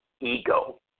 Ego